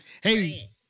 Hey